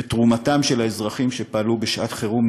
בתרומתם של האזרחים שפעלו בשעת חירום,